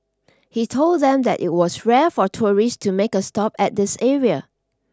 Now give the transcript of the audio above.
he told them that it was rare for tourists to make a stop at this area